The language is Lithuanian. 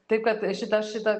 taip kad šita šita